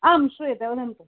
आं श्रूयते वदन्तु